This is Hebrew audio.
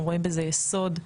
אנחנו רואים בזה יסוד,